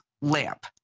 lamp